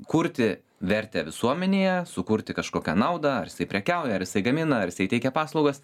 kurti vertę visuomenėje sukurti kažkokią naudą ar jisai prekiauja ar jisai gamina ar jisai teikia paslaugas